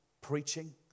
preaching